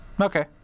Okay